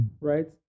right